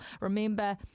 Remember